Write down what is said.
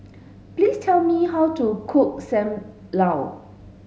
please tell me how to cook Sam Lau